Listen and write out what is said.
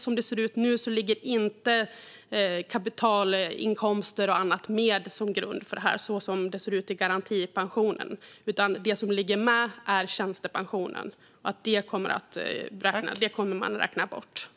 Som läget är nu ligger inte kapitalinkomster och annat med som grund för detta, som det ser ut i garantipensionen. Det som ligger med är tjänstepensionen. Den kommer man så att säga att räkna bort.